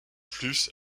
plus